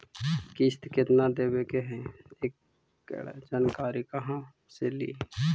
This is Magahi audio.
किस्त केत्ना देबे के है एकड़ जानकारी कहा से ली?